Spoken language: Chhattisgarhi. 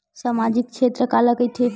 सामजिक क्षेत्र काला कइथे?